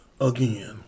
again